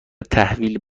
تحویل